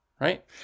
right